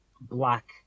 black